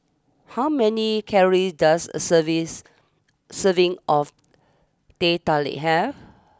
how many calories does a serves serving of Teh Tarik have